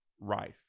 Rife